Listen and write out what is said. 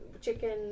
chicken